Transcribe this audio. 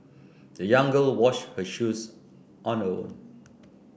the young girl washed her shoes on her own